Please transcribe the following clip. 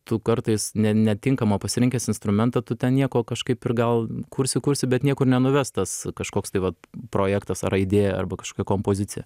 tu kartais ne netinkamą pasirinkęs instrumentą tu ten nieko kažkaip ir gal kursi kursi bet niekur nenuves tas kažkoks tai vat projektas ar idėja arba kažkokia kompozicija